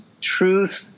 truth